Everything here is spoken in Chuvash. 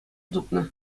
тупнӑ